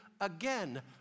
again